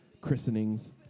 christenings